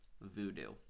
voodoo